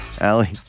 Allie